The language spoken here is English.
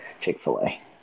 chick-fil-a